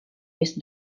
used